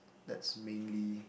that's mainly